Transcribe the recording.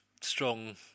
strong